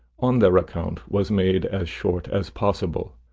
on their account, was made as short as possible.